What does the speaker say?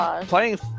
playing